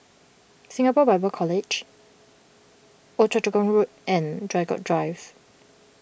Singapore Bible College Old Choa Chu Kang Road and Draycott Drive